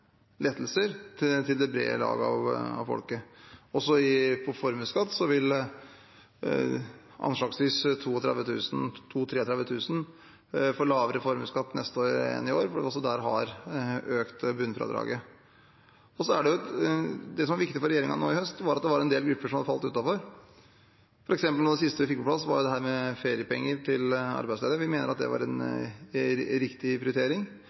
lettelser til det brede lag av folket. Også når det gjelder formuesskatt, vil anslagsvis 32 000–33 000 få lavere formuesskatt neste år enn i år, for også der har vi økt bunnfradraget. Det som var viktig for regjeringen å prioritere nå i høst, var en del grupper som hadde falt utenfor. For eksempel var noe av det siste vi fikk på plass, det med feriepenger til arbeidsledige. Vi mener det var en riktig prioritering. Vi mener det var en riktig prioritering